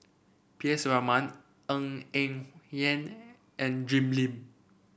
P S Raman Ng Eng Hen and Jim Lim